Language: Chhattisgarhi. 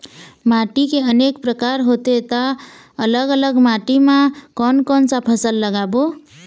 माटी के अनेक प्रकार होथे ता अलग अलग माटी मा कोन कौन सा फसल लगाबो?